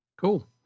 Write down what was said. Cool